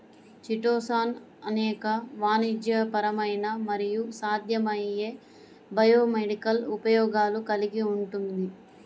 chitosan అనేక వాణిజ్యపరమైన మరియు సాధ్యమయ్యే బయోమెడికల్ ఉపయోగాలు కలిగి ఉంటుంది